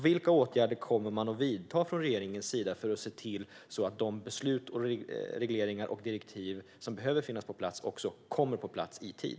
Vilka åtgärder kommer regeringen att vidta för att se till att de beslut, regleringar och direktiv som behöver finnas på plats också kommer på plats i tid?